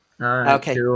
Okay